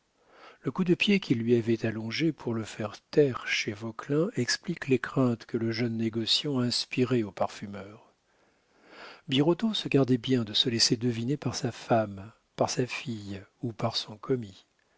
le coup de pied qu'il lui avait allongé pour le faire taire chez vauquelin explique les craintes que le jeune négociant inspirait au parfumeur birotteau se gardait bien de se laisser deviner par sa femme par sa fille ou par son commis